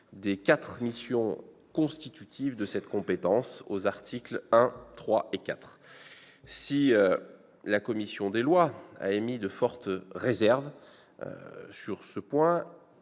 des quatre missions constitutives de cette compétence, aux articles 1, 3 et 4. Si la commission des lois a émis de fortes réserves sur ce point,